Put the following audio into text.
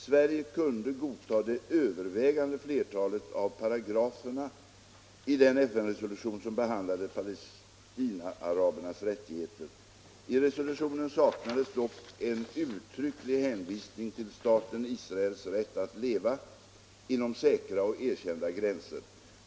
Sverige kunde godtaga det övervägande flertalet av paragraferna i den FN-resolution, som behandlade palestinaarabernas rättigheter. I resolutionen saknades dock en uttrycklig hänvisning till staten Israels rätt att leva inom säkra och erkända gränser.